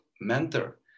mentor